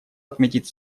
отметить